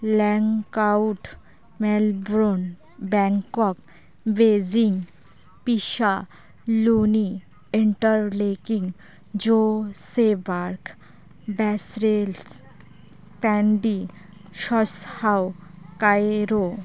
ᱞᱮᱝᱠᱟᱣᱩᱴ Melbourne Bangkok Beijing Pisa ᱞᱩᱱᱤ Interlaken Johannesburg Brussels Kandy ᱥᱚᱥᱦᱟᱣ Cairo